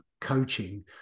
coaching